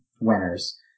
winners